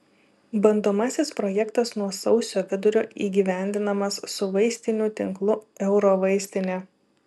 bandomasis projektas nuo sausio vidurio įgyvendinamas su vaistinių tinklu eurovaistinė